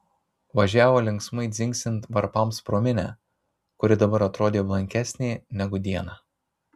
važiavo linksmai dzingsint varpams pro minią kuri dabar atrodė blankesnė negu dieną